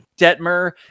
Detmer